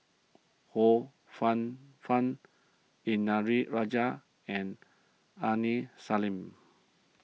Ho Fun Fun Indranee Rajah and Aini Salim